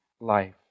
life